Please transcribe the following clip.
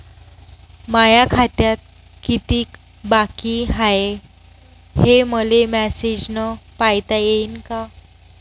माया खात्यात कितीक बाकी हाय, हे मले मेसेजन पायता येईन का?